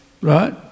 right